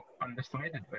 undecided